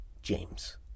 James